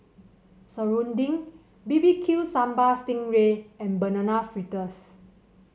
serunding B B Q Sambal Sting Ray and Banana Fritters